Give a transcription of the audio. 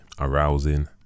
Arousing